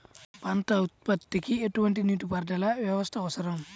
పంట ఉత్పత్తికి ఎటువంటి నీటిపారుదల వ్యవస్థ అవసరం?